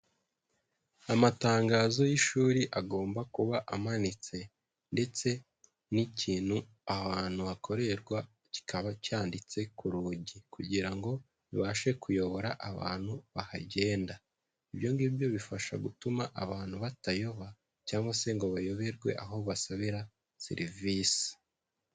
Amatangazo y'ishuri agomba kuba amanitse ndetse n'ikintu ahantu hakorerwa kikaba cyanditse ku rugi kugira ngo bibashe kuyobora abantu bahagenda, ibyo ngibyo bifasha gutuma abantu batayoba cyangwa se ngo bayoberwe aho basabira serivisi.